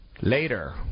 later